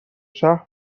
شهر